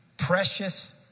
precious